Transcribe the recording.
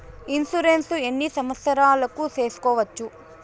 Insurance ఎన్ని సంవత్సరాలకు సేసుకోవచ్చు?